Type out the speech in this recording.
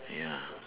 ya